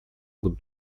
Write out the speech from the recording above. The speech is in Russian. будут